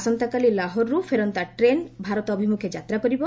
ଆସନ୍ତାକାଲି ଲାହୋର୍ରୁ ଫେରନ୍ତା ଟ୍ରେନ୍ ଭାରତ ଅଭିମୁଖେ ଯାତ୍ରା କରିବ